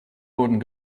wurden